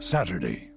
Saturday